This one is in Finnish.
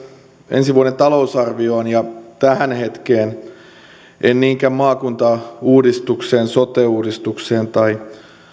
ensi vuoden talousarvioon ja tähän hetkeen en niinkään maakuntauudistukseen sote uudistukseen tai